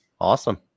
Awesome